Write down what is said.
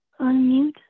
unmute